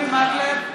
אורי מקלב,